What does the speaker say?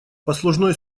послужной